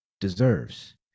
deserves